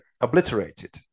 obliterated